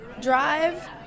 drive